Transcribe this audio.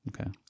Okay